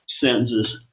sentences